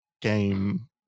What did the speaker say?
game